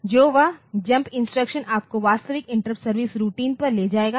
तो वह jump instruction आपको वास्तविक इंटरप्ट सर्विस रूटीन पर ले जाएगा